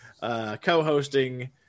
co-hosting